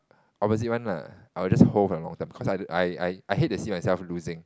opposite one lah I will just hold for the long term cause I I I hate to see myself losing